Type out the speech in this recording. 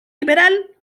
liberal